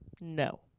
No